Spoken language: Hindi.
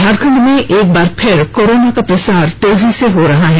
झारखंड में एक बार फिर कोरोना का प्रसार तेजी से हो रहा है